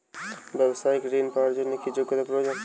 ব্যবসায়িক ঋণ পাওয়ার জন্যে কি যোগ্যতা প্রয়োজন?